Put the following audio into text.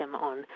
on